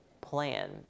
plan